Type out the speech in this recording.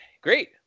great